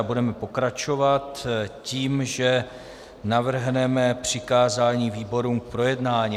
Budeme pokračovat tím, že navrhneme přikázání výborům k projednání.